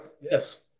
Yes